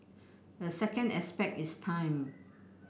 a second aspect is time